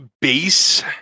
base